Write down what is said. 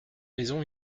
maisons